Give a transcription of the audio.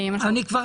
את מטעה.